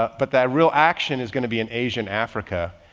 but that real action is going to be an asian africa,